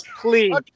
Please